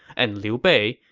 and liu bei,